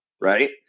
right